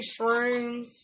shrooms